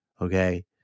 okay